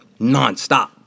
nonstop